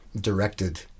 directed